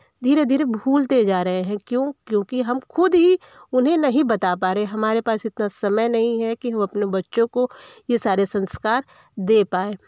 धीरे धीरे भूलते जा रहे हैं क्यों क्योंकि हम खुद ही उन्हें नहीं बता पा रहे हमारे पास इतना समय नहीं है कि हम अपने बच्चों को ये सारे संस्कार दे पाए